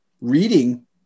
reading